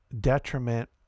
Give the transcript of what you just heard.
detriment